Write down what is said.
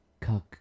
cuck